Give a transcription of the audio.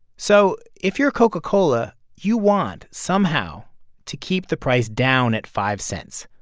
so if you're coca-cola, you want somehow to keep the price down at five cents.